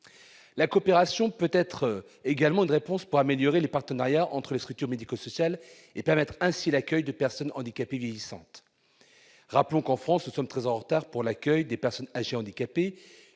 La coopération peut être également une réponse pour améliorer les partenariats entre structures médico-sociales et permettre ainsi l'accueil de personnes handicapées vieillissantes. Rappelons qu'en France nous sommes très en retard pour l'accueil des personnes âgées handicapées,